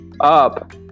up